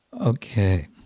Okay